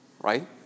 right